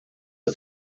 for